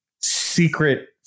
secret